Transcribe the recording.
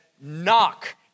knock